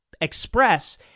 express